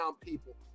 people